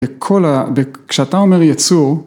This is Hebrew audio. ‫וכשאתה אומר יצור...